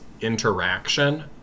interaction